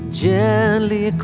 gently